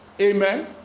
Amen